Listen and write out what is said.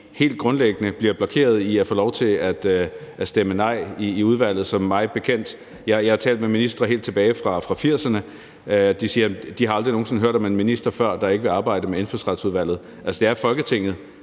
helt grundlæggende bliver blokeret i udvalget i forhold til at stemme nej. Jeg har talt med ministre helt tilbage fra 1980'erne, og de siger, at de aldrig nogen sinde før har hørt om en minister, der ikke vil arbejde med Indfødsretsudvalget. Altså, det er Folketinget,